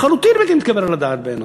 זה לחלוטין בלתי מתקבל על הדעת בעיני.